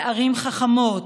ערים חכמות,